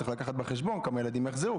צריך לקחת בחשבון כמה ילדים יחזרו,